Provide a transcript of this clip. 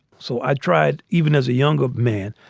so i tried, even as a younger man,